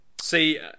See